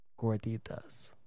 Gorditas